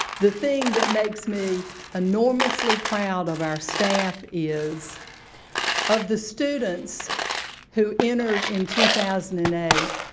the thing that makes me enormously proud of our staff is of the students who entered in two thousand and eight,